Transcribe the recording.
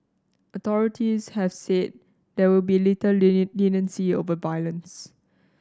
authorities have said there will be little leniency over violence